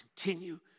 continue